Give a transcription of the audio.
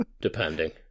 Depending